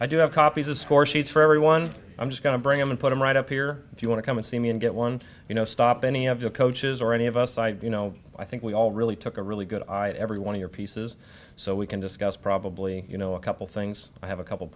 i do have copies of score sheets for everyone i'm just going to bring them and put them right up here if you want to come and see me and get one you know stop any of your coaches or any of us you know i think we all really took a really good eye at every one of your pieces so we can discuss probably you know a couple things i have a couple